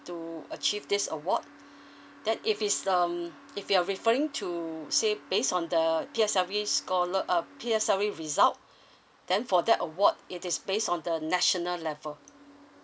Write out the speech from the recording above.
to achieve this award then if it's um if you're referring to say based on the P_S_L_E score uh uh P_S_L_E result then for that award it is based on the national level